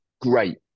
Great